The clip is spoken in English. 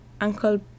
uncle